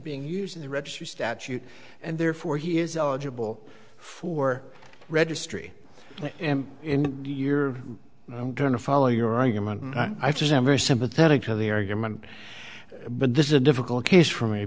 being used in the registry statute and therefore he is eligible for registry and in the year i'm going to follow your argument i just am very sympathetic to the argument but this is a difficult case for me